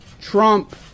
Trump